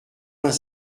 vingt